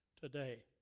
today